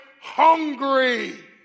hungry